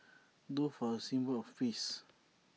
doves are A symbol of peace